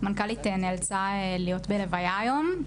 המנכ"לית נאלצה להיות בהלוויה היום.